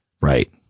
Right